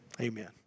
Amen